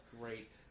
great